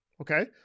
okay